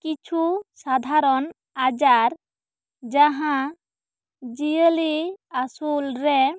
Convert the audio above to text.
ᱠᱤᱪᱷᱩ ᱥᱟᱫᱷᱟᱨᱚᱱ ᱟᱡᱟᱨ ᱡᱟᱦᱟᱸ ᱡᱤᱭᱟᱹᱞᱤ ᱟᱹᱥᱩᱞ ᱨᱮ